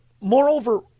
moreover